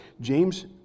James